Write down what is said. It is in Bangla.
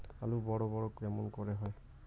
আলু বড় বড় কেমন করে হয়?